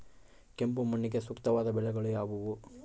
ಕೆಂಪು ಮಣ್ಣಿಗೆ ಸೂಕ್ತವಾದ ಬೆಳೆಗಳು ಯಾವುವು?